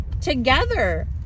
together